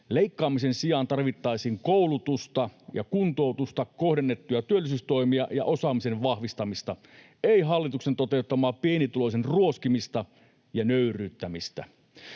Leikkaamisen sijaan tarvittaisiin koulutusta ja kuntoutusta, kohdennettuja työllisyystoimia ja osaamisen vahvistamista, ei hallituksen toteuttamaa pienituloisen ruoskimista ja nöyryyttämistä.